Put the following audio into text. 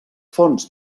fonts